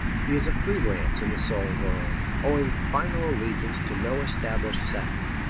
he is a free-lance in the soul-world, owing final allegiance to no established sect.